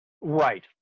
Right